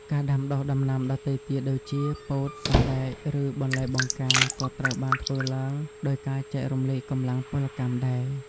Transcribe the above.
ការដាំដុះដំណាំដទៃទៀតដូចជា ពោត សណ្ដែក ឬបន្លែបង្ការក៏ត្រូវបានធ្វើឡើងដោយការចែករំលែកកម្លាំងពលកម្មដែរ។